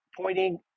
pointing